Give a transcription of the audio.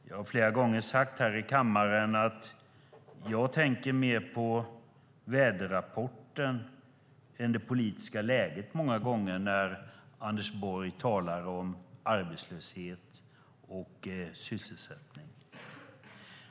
Jag har flera gånger sagt här i kammaren att jag ofta tänker mer på väderrapporten än på det politiska läget när Anders Borg talar om arbetslöshet och sysselsättning.